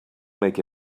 make